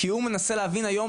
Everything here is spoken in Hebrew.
כי הוא מנסה להבין היום,